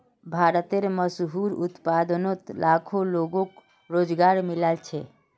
भारतेर मशहूर उत्पादनोत लाखों लोगोक रोज़गार मिलाल छे